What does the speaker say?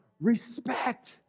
respect